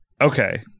Okay